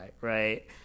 right